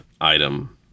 item